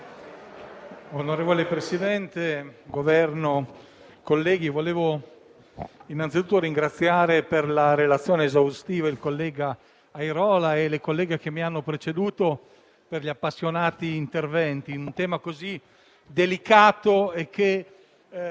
Governo, onorevoli colleghi, vorrei anzitutto ringraziare per la relazione esaustiva il collega Airola e le colleghe che mi hanno preceduto per gli appassionati interventi su un tema così delicato, che